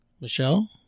Michelle